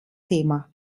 thema